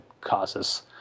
causes